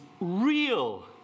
real